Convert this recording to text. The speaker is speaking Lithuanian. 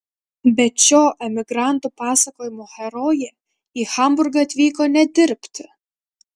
bet šio emigrantų pasakojimo herojė į hamburgą atvyko ne dirbti